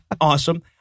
awesome